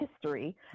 history